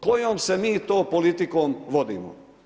Kojom se mi to politikom vodimo?